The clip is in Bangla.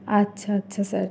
আচ্ছা আচ্ছা স্যার